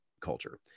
culture